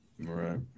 Right